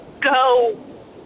go